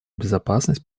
безопасность